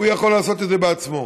הוא יכול לעשות את זה בעצמו.